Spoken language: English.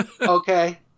okay